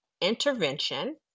intervention